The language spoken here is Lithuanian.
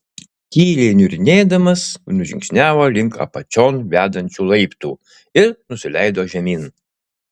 tyliai niurnėdamas nužingsniavo link apačion vedančių laiptų ir nusileido žemyn